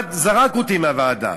שכמעט זרק אותי מהוועדה.